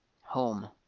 home